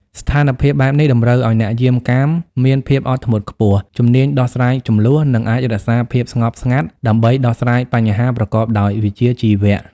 ស្ថានការណ៍បែបនេះតម្រូវឲ្យអ្នកយាមកាមមាន ភាពអត់ធ្មត់ខ្ពស់ ជំនាញដោះស្រាយជម្លោះ និងអាចរក្សាភាពស្ងប់ស្ងាត់ដើម្បីដោះស្រាយបញ្ហាប្រកបដោយវិជ្ជាជីវៈ។